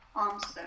answer